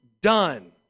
done